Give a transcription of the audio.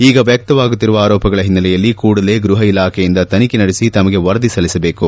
ಈಗ ವ್ಯಕ್ತವಾಗುತ್ತಿರುವ ಆರೋಪಗಳ ಹಿನ್ನೆಲೆಯಲ್ಲಿ ಕೂಡಲೇ ಗೃಹ ಇಲಾಖೆಯಿಂದ ತನಿಖೆ ನಡೆಸಿ ತಮಗೆ ವರದಿ ಸಲ್ಲಿಸಬೇಕು